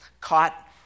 caught